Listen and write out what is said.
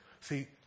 See